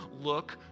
Look